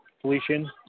Felician